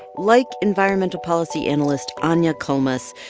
like environmental policy analyst anja kollmuss,